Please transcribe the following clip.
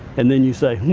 and then you say,